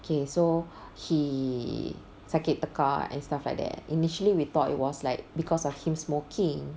okay so he sakit tekak and stuff like that initially we thought it was like because of him smoking